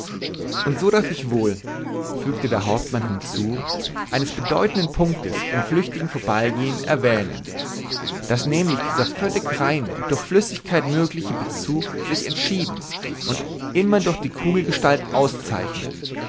und so darf ich wohl fügte der hauptmann hinzu eines bedeutenden punktes im flüchtigen vorbeigehen erwähnen daß nämlich dieser völlig reine durch flüssigkeit mögliche bezug sich entschieden und immer durch die kugelgestalt auszeichnet